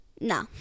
No